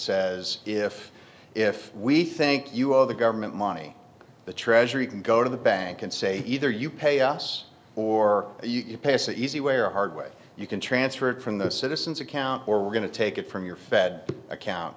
says if if we think you are the government money the treasury can go to the bank and say either you pay us or you pass the easy way or hard way you can transfer it from the citizens account or we're going to take it from your fed account